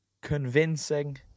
convincing